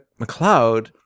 McLeod